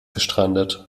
gestrandet